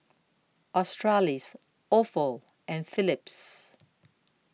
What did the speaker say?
Australis Ofo and Phillips